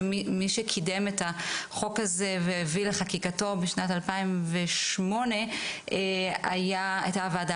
שמי שקידם את החוק הזה והביא לחקיקתו בשנת 2008 הייתה הוועדה